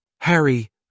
Harry